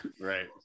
Right